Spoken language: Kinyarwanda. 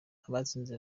abatsinze